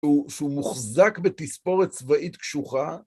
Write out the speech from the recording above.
והוא מוחזק בתספורת צבאית קשוחה.